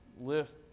lift